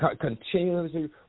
continuously